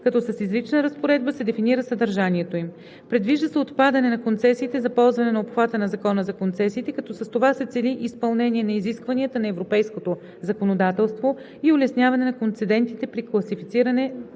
като с изрична разпоредба се дефинира съдържанието им. Предвижда се отпадане на концесиите за ползване от обхвата на Закона за концесиите, като с това се цели изпълнение на изискванията на европейското законодателство и улесняване на концедентите при класифициране